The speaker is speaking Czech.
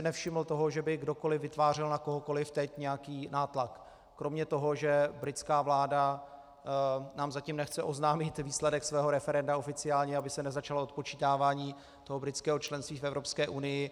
Nevšiml jsem si toho, že by kdokoli vytvářel na kohokoli teď nějaký nátlak kromě toho, že britská vláda nám zatím nechce oznámit výsledek svého referenda oficiálně, aby se nezačalo odpočítávání britského členství v Evropské unii.